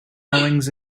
owings